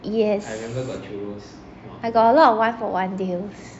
yes I got a lot of one for one deals